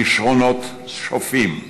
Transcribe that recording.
כישרונות שופעים,